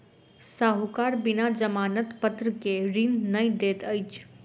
साहूकार बिना जमानत पत्र के ऋण नै दैत अछि